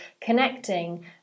connecting